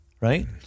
right